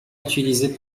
utilisé